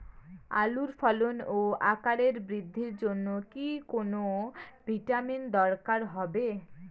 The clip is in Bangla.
আলুর ফলন ও আকার বৃদ্ধির জন্য কি কোনো ভিটামিন দরকার হবে?